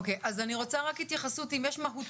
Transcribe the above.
אוקיי, אז אני רוצה רק התייחסות, אם יש מהותית.